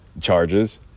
charges